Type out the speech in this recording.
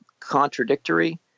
contradictory